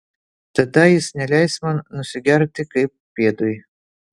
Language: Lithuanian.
tada jis neleis man nusigerti kaip pėdui